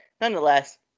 nonetheless